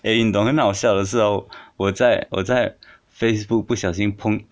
eh 你懂很好笑的是 hor 我在我在 facebook 不小心碰